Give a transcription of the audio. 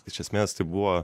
iš esmės tai buvo